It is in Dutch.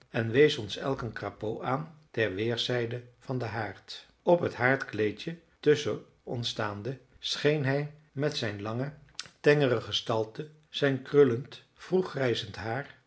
en wees ons elk een crapaud aan ter weerszijden van den haard op het haardkleedje tusschen ons staande scheen hij met zijn lange tengere gestalte zijn krullend vroeg grijzend haar